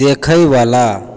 देखएवला